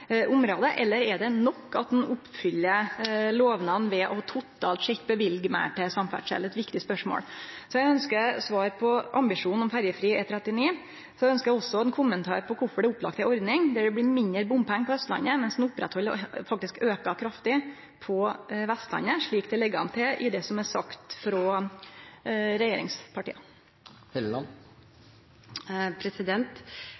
eller er det nok at ein oppfyller lovnadane ved totalt sett å løyve meir til samferdsel? Det er eit viktig spørsmål. Eg ønskjer svar på ambisjonen om ferjefri E39. Eg ønskjer også ein kommentar til kvifor det er lagt opp til ei ordning der det blir mindre bompengar på Austlandet, mens dei blir haldne oppe og faktisk auka kraftig på Vestlandet, slik det ligg til rette i det som er sagt frå regjeringspartia.